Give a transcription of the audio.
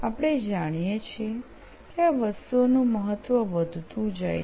આપણે જાણીએ છીએ કે આ વસ્તુઓનું મહત્વ વધતું જાય છે